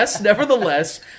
nevertheless